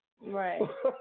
Right